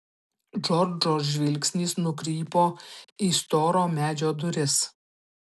džordžo žvilgsnis nukrypo į storo medžio duris